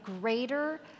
greater